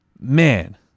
man